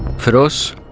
feroz,